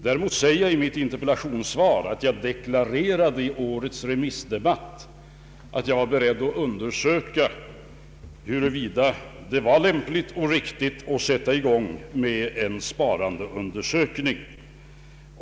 Däremot säger jag i mitt interpellationssvar att jag deklarerade i årets remissdebatt att jag var beredd att undersöka huruvida det var lämpligt och riktigt att sätta i gång med en sparundersökning.